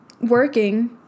working